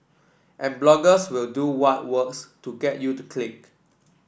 and bloggers will do what works to get you to click